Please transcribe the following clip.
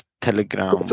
telegram